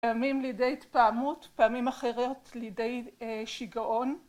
‫פעמים לידי התפעמות, ‫פעמים אחרת לידי שיגעון.